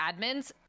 admins